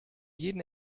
jeden